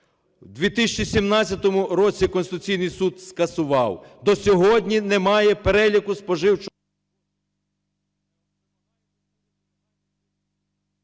В 2017 році Конституційний Суд скасував. До сьогодні немає переліку споживчого…